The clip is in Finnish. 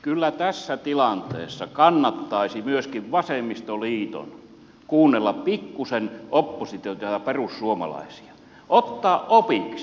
kyllä tässä tilanteessa kannattaisi myöskin vasemmistoliiton kuunnella pikkuisen oppositiota ja perussuomalaisia ottaa opiksi